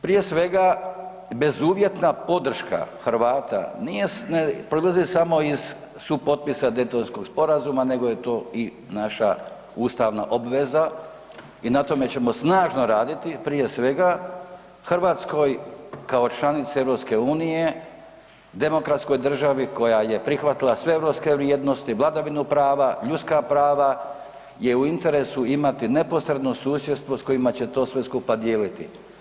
Prije svega, bezuvjetna podrška Hrvata ne proizlazi samo iz supotpisa Daytonskog sporazuma nego je to i naša ustavna obveza i na tome ćemo snažno raditi prije svega, Hrvatskoj kao članici EU-a, demokratskoj državi koja je prihvatila sve europske vrijednosti, vladavinu prava, ljudska prava je u interesu imati neposredno susjedstvo s kojima će to sve skupa dijeliti.